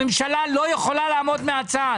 הממשלה לא יכולה לעמוד מהצד.